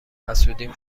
حسودیم